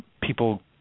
people